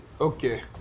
Okay